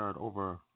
over